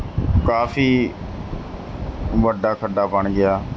ਕਾਫੀ ਵੱਡਾ ਖੱਡਾ ਬਣ ਗਿਆ